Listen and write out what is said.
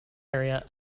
area